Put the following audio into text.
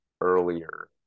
earlier